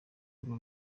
urwo